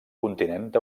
continent